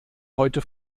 heute